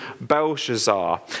Belshazzar